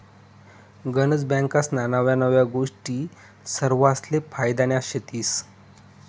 गनज बँकास्ना नव्या नव्या गोष्टी सरवासले फायद्यान्या शेतीस